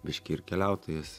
biškį ir keliautojas